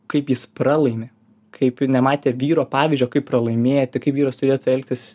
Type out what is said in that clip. kaip jis pralaimi kaip nematė vyro pavyzdžio kaip pralaimėti kaip vyras turėtų elgtis